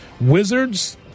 Wizards